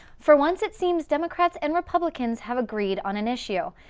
for once it seems democrats and republicans have agreed on an issue.